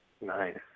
Nice